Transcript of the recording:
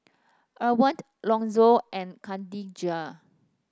Erwined Lonzo and Kadijah